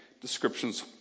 descriptions